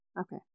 Okay